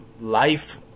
life